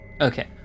Okay